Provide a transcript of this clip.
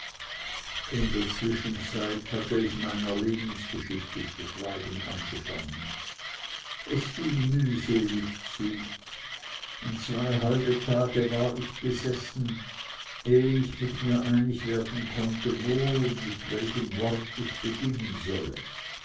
in der zwischenzeit hatte ich an meiner lebensgeschichte zu schreiben angefangen es ging mühselig zu und zwei halbe tage war ich gesessen ehe ich mit mir einig werden konnte wo und mit welchem wort ich beginnen solle